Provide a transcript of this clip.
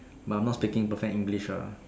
but I'm not speaking perfect English ah